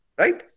right